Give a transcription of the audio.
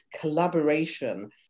collaboration